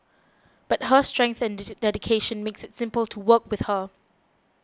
but her strength and dedication makes it simple to work with her